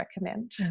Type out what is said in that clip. recommend